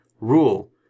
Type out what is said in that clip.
rule